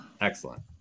Excellent